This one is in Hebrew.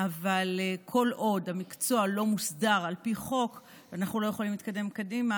אבל כל עוד המקצוע לא מוסדר על פי חוק אנחנו לא יכולים להתקדם קדימה,